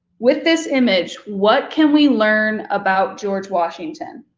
with this image, what can we learn about george washington?